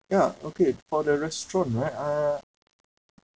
ya okay for the restaurant right uh